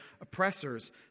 oppressors